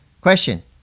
question